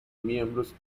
miembros